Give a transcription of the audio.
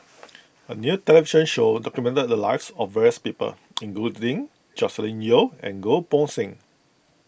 a new television show documented the lives of various people including Joscelin Yeo and Goh Poh Seng